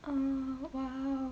hmm !wow!